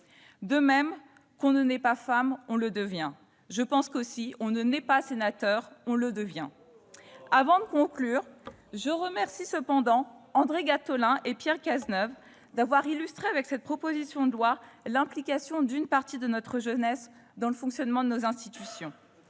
De même qu'« on ne naît pas femme, on le devient »,... Simone de Beauvoir !... on ne naît pas sénateur, on le devient. Avant de conclure, je remercie André Gattolin et Pierre Cazeneuve d'avoir illustré avec cette proposition de loi l'implication d'une partie de notre jeunesse dans le fonctionnement de nos institutions.